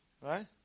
Right